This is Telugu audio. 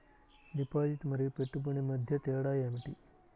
డిపాజిట్ మరియు పెట్టుబడి మధ్య తేడా ఏమిటి?